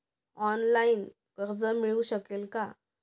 Online कर्ज मिळू शकेल का?